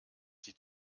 sie